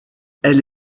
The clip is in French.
elle